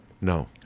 No